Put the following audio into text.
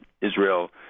Israel